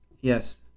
yes